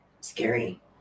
scary